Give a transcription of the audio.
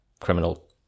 criminal